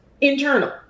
internal